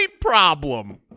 problem